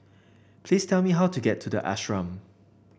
please tell me how to get to the Ashram